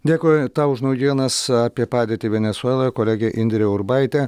dėkui tau už naujienas apie padėtį venesueloje kolegė indrė urbaitė